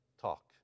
talk